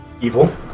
evil